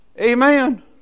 Amen